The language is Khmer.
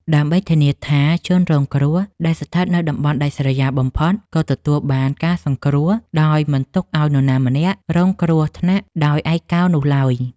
ដើម្បីធានាថាជនរងគ្រោះដែលស្ថិតនៅតំបន់ដាច់ស្រយាលបំផុតក៏ទទួលបានការសង្គ្រោះដោយមិនទុកឱ្យនរណាម្នាក់រងគ្រោះថ្នាក់ដោយឯកោនោះឡើយ។